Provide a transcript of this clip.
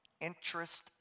interest